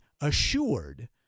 assured